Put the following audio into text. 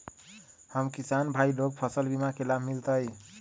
हम किसान भाई लोग फसल बीमा के लाभ मिलतई?